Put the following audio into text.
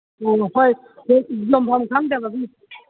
ꯎꯝ ꯍꯣꯏ ꯌꯣꯟꯐꯝ ꯈꯪꯗꯕꯒꯤ